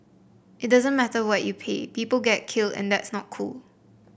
it doesn't matter what you pay people get killed and that's not cool